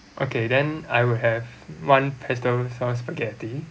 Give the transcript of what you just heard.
okay then I will have one pesto sauce spaghetti